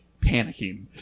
panicking